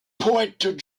poète